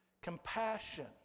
compassion